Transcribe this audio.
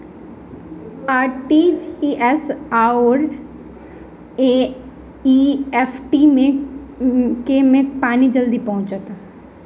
RTGS आओर NEFT मे केँ मे पानि जल्दी पहुँचत